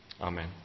Amen